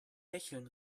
hecheln